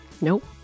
Nope